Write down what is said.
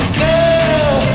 Girl